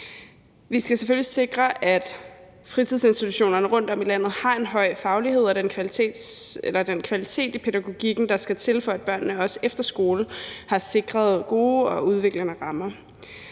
Vi skal selvfølgelig sikre, at fritidsinstitutionerne rundtom i landet har en høj faglighed og den kvalitet i pædagogikken, der skal til, for at børnene også efter skole er sikret gode og udviklende rammer.